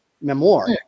memoir